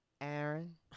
Aaron